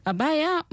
Abaya